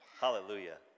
Hallelujah